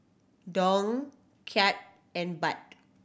Dong Kyat and Baht